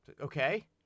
Okay